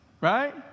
right